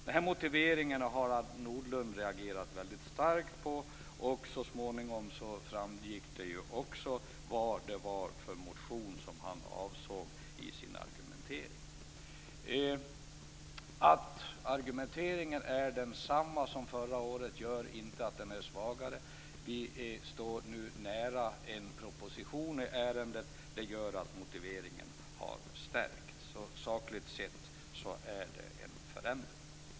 Den motiveringen har Harald Nordlund reagerat väldigt starkt på. Så småningom framgick det också vad det var för motion som han avsåg i sin argumentering. Att argumenteringen är densamma som förra året gör inte att den är svagare. Vi står nu nära en proposition i ärendet. Det gör att motiveringen har stärkts. Sakligt sett är det en förändring.